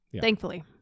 Thankfully